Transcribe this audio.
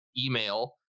email